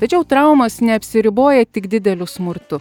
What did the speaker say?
tačiau traumos neapsiriboja tik dideliu smurtu